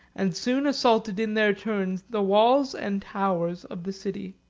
and soon assaulted in their turn the walls and towers of the city.